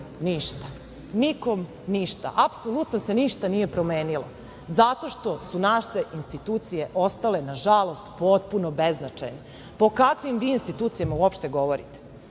Nikom ništa, apsolutno se ništa nije promenilo zato što su naše institucije ostale, nažalost, potpuno beznačajne.O kakvim vi institucijama uopšte govorite?